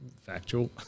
factual